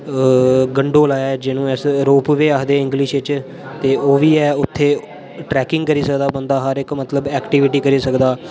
gondola ऐ जिन्नु अस रोप वे आंखदे इंग्लिश च ते ओह् बी ऐ उत्थे ट्रैकिंग करी सकदा बंदा हर एक मतलब एक्टिविटी करी सकदा